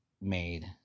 made